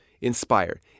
inspire